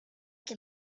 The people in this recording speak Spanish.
que